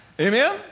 Amen